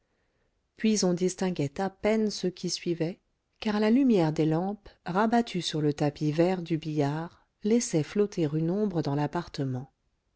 puis on distinguait à peine ceux qui suivaient car la lumière des lampes rabattue sur le tapis vert du billard laissait flotter une ombre dans l'appartement